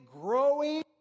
growing